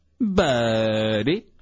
Buddy